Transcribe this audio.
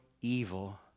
evil